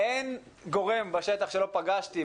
אין גורם בשטח שלא פגשתי,